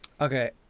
Okay